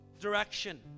direction